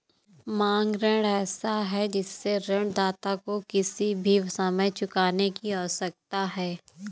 मांग ऋण ऐसा है जिससे ऋणदाता को किसी भी समय चुकाने की आवश्यकता है